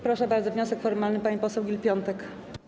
Proszę bardzo, wniosek formalny, pani poseł Gill-Piątek.